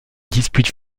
dispute